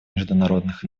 международных